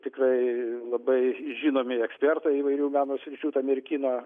tikrai labai žinomi ekspertai įvairių meno sričių ten ir kino